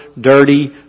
dirty